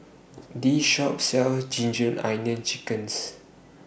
This Shop sells Ginger Onions Chickens